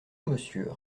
monsieur